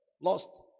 lost